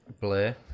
Blur